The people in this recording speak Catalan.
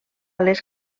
les